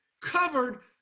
covered